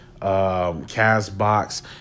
CastBox